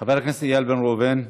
חבר הכנסת איל בן ראובן,